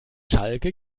schalke